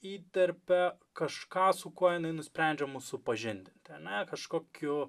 įterpia kažką su kuo jinai nusprendžia mus supažindinti ane kažkokiu